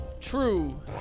True